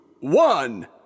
One